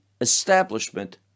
establishment